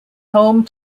home